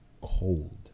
cold